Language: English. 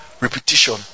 Repetition